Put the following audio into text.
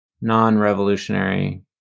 non-revolutionary